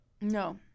No